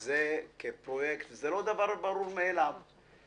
קולנוע ביתית, ארבעה